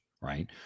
right